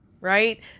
right